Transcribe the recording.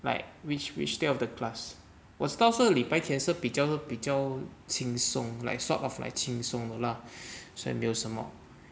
like which which day of the class 我知道是礼拜天是比较是比较轻松 like sort of like 轻松的 lah 所以没有什么